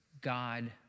God